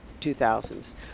2000s